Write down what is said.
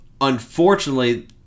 unfortunately